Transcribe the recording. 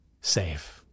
safe